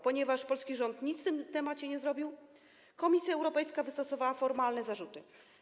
Ponieważ polski rząd nic w tym temacie nie zrobił, Komisja Europejska wystosowała formalne zarzuty.